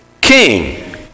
king